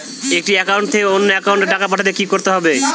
একটি একাউন্ট থেকে অন্য একাউন্টে টাকা পাঠাতে কি করতে হবে?